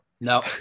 no